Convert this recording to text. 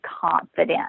confident